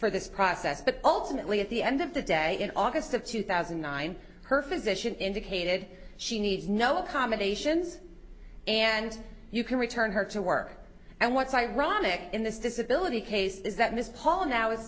for this process but ultimately at the end of the day in august of two thousand and nine her physician indicated she needs no accommodations and you can return her to work and what's ironic in this disability case is that miss paula now i